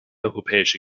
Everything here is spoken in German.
europäische